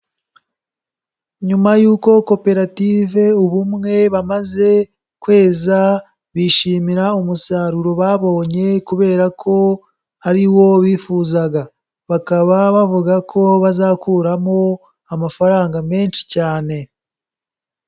Nyuma yuko Koperative Ubumwe bamaze kweza, bishimira umusaruro babonye kubera ko ari wo bifuzaga, bakaba bavuga ko bazakuramo amafaranga menshi cyane.